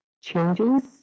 Changes